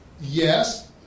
yes